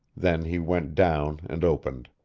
then he went down and opened.